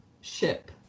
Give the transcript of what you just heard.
ship